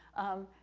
um,